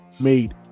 made